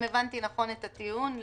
אם הבנתי נכון את הטיעון,